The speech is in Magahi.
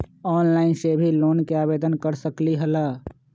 ऑनलाइन से भी लोन के आवेदन कर सकलीहल?